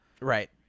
Right